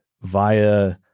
via